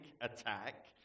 attack